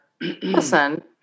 Listen